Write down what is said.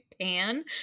pan